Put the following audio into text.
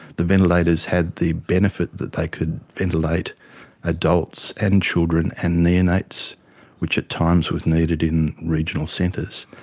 the ventilators had the benefit that they could ventilate adults and children and neonates, which at times was needed in regional centres,